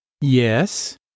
Yes